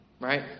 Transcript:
right